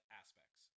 aspects